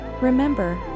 Remember